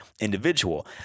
individual